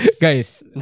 Guys